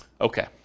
Okay